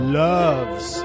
loves